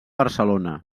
barcelona